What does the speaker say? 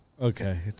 Okay